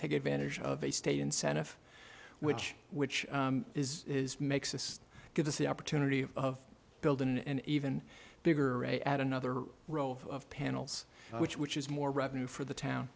take advantage of a state incentive which which makes it gives us the opportunity of building and even bigger a add another roll of panels which which is more revenue for the town